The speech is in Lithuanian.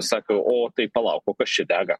sako o tai palauk o kas čia dega